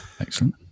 Excellent